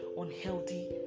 unhealthy